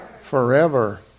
Forever